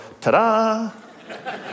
ta-da